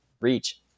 reach